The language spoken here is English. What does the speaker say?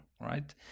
right